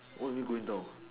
what do you mean going down